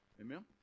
Amen